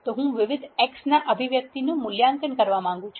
તો હું વિવિધ x's ના અભિવ્યક્તિનું મૂલ્યાંકન કરવા માંગુ છું